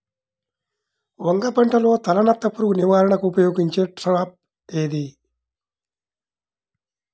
వంగ పంటలో తలనత్త పురుగు నివారణకు ఉపయోగించే ట్రాప్ ఏది?